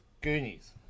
Goonies